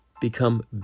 become